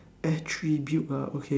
attribute ah okay